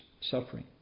suffering